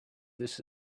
this